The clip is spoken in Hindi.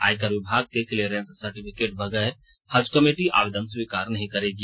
आयकर विभाग के क्लीयरेंस सर्टिफिकेट बगैर हज कमेटी आवेदन स्वीकार नहीं करेगी